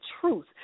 truth